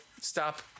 stop